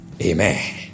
Amen